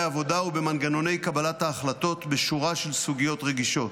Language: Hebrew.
עבודה ובמנגנוני קבלת החלטות בשורה של סוגיות רגישות,